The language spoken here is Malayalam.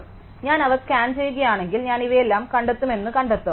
അതിനാൽ ഞാൻ അവ സ്കാൻ ചെയ്യുകയാണെങ്കിൽ ഞാൻ ഇവയെല്ലാം കണ്ടെത്തുമെന്ന് ഞാൻ കണ്ടെത്തും